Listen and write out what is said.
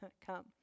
come